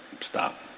stop